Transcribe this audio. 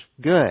good